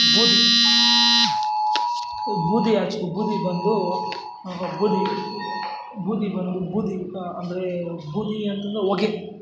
ಬೂದಿ ಬೂದಿಯಾಚೆಗೂ ಬೂದಿ ಬಂದು ಬೂದಿ ಬೂದಿ ಬಂದು ಬೂದಿ ಅಂದರೆ ಬೂದಿ ಅಂತಂದ್ರೆ ಹೊಗೆ